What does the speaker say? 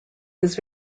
was